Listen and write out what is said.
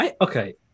Okay